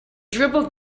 dribbled